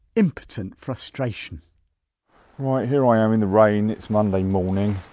impotent frustration right, here i am in the rain, it's monday morning